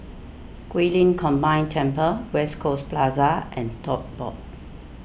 Guilin Combined Temple West Coast Plaza and Tote Board